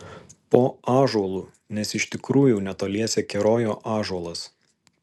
po ąžuolu nes iš tikrųjų netoliese kerojo ąžuolas